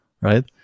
right